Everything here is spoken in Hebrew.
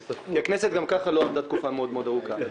כי הכנסת גם ככה לא עבדה תקופה מאוד ארוכה.